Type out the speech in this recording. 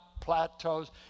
plateaus